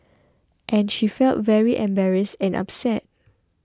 and she felt very embarrassed and upset